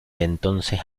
entonces